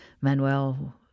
Manuel